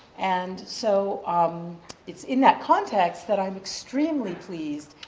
and so um it's in that context that i'm extremely pleased,